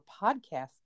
podcast